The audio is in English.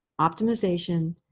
optimization,